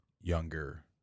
younger